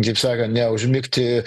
kaip sakant neužmigti